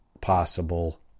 possible